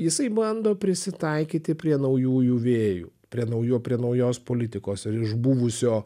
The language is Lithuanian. jisai bando prisitaikyti prie naujųjų vėjų prie naujų prie naujos politikos ir iš buvusio